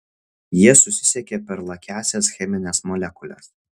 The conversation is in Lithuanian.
jie susisiekia per lakiąsias chemines molekules